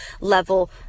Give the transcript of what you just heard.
level